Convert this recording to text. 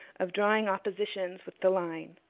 of drawing oppositions with the line,